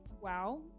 wow